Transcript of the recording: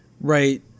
Right